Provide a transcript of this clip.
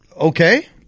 okay